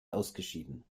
ausgeschieden